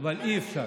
אבל אי-אפשר.